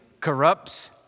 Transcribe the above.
corrupts